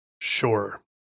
Sure